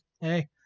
hey